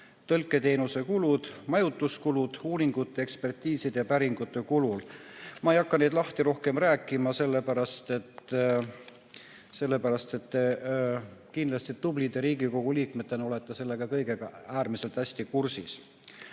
tõlketeenuse kulud, majutuskulud, uuringute, ekspertiiside ja päringute kulud. Ma ei hakka neid rohkem lahti rääkima, sellepärast et kindlasti tublide Riigikogu liikmetena olete selle kõigega äärmiselt hästi kursis. Aga